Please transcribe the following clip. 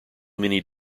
many